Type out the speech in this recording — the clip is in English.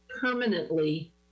permanently